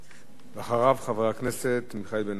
אחריו, חבר הכנסת מיכאל בן-ארי,